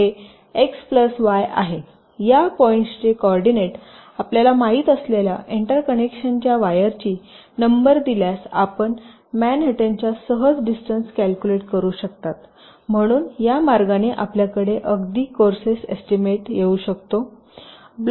तर या पॉइंट्सचे कोऑर्डिनेट आपल्याला माहित असलेल्या एंटर कनेक्शनच्या वायरची नंबर दिल्यास आपण मॅनहॅटनच्या सहज डिस्टन्स कॅल्कुलेट करू शकता म्हणून या मार्गाने आपल्याकडे अगदी कोर्से एस्टीमेट येऊ शकतो